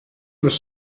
was